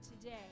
today